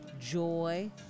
joy